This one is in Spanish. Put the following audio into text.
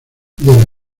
del